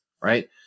right